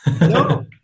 No